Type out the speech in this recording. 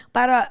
Para